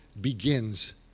begins